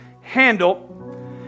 handle